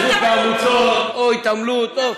או התנדבות בעמותות או התעמלות או,